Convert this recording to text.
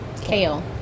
kale